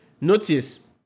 notice